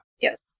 Yes